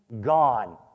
gone